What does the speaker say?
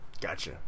Gotcha